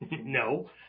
No